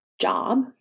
job